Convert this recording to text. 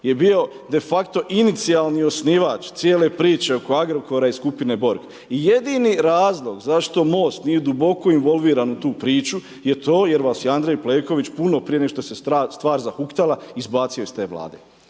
je bio de facto inicijalni osnivač cijele priče oko Agrokora i skupine borg. I jedini razlog zašto Most nije duboko involviran u tu priču, je to jer vas je Andrej Plenković, puno prije nego što se je strast zahuktala izbacio iz te vlade.